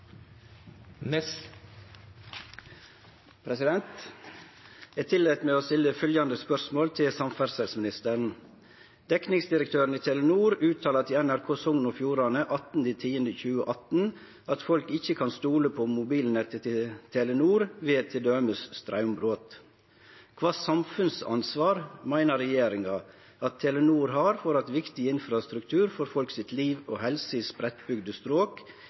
i Telenor uttalar til NRK Sogn og Fjordane 18. oktober 2018 at folk ikkje kan stole på mobilnettet til Telenor ved til dømes straumbrot. Kva samfunnsansvar meiner regjeringa at Telenor har for at infrastruktur som er viktig for folk sitt liv og helse i